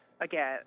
again